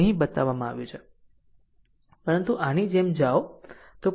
તે અહીં બતાવ્યું છે પરંતુ આની જેમ જાઓ